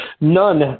none